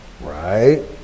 Right